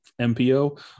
MPO